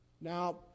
now